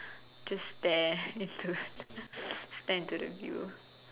just stare into stare into the view